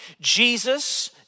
Jesus